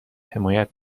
حمایت